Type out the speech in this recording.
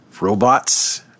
robots